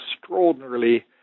extraordinarily